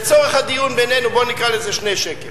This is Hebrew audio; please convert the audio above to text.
לצורך הדיון בינינו בוא נקרא לזה 2 שקל.